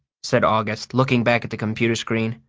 said august, looking back at the computer screen.